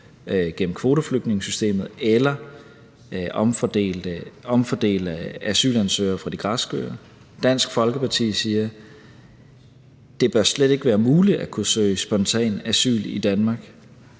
gennem kvoteflygtningesystemet, eller omfordele asylansøgere fra de græske øer. Dansk Folkeparti siger: Det bør slet ikke været muligt at kunne søge om spontant asyl i Danmark.